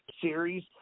series